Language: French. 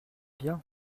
bien